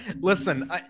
listen